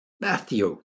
Matthew